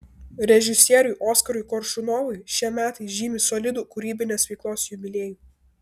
režisieriui oskarui koršunovui šie metai žymi solidų kūrybinės veiklos jubiliejų